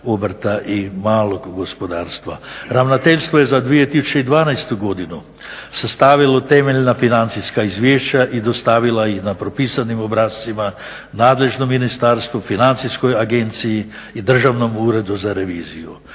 obrta i malog gospodarstva. Ravnateljstvo je za 2012.godinu sastavilo temeljna financijska izvješća i dostavila ih na propisanim obrascima nadležnom ministarstvu, financijskoj agenciji i državnom uredu za reviziju.